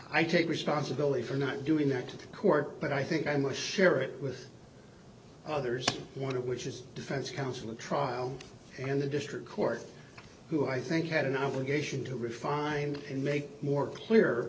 i take responsibility for not doing that to the court but i think i'm going to share it with others one of which is defense counsel and trial in the district court who i think had an obligation to refine and make more clear